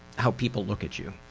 how people look at you,